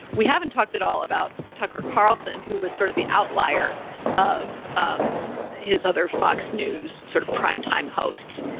we haven't talked at all about tucker carlson, who was sort of the outlier of um his other fox news sort of primetime hosts.